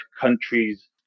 countries